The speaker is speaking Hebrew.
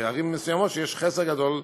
היא שבערים מסוימות יש חסר גדול.